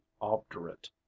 obdurate